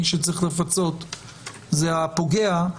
מי שצריך לפצות זה הפוגע,